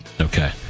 Okay